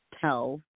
tell